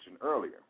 earlier